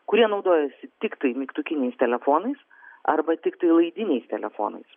kurie naudojasi tiktai mygtukiniais telefonais arba tiktai laidiniais telefonais